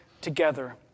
together